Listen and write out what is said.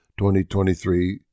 2023